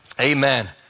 Amen